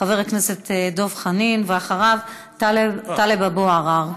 חבר הכנסת דב חנין, ואחריו, טלב אבו עראר.